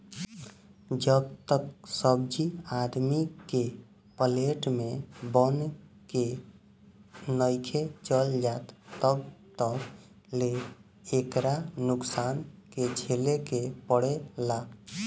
जब तक सब्जी आदमी के प्लेट में बन के नइखे चल जात तब तक ले एकरा नुकसान के झेले के पड़ेला